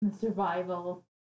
survival